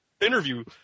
interview